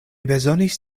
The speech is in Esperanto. bezonis